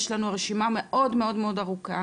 יש לנו רשימה מאוד-מאוד ארוכה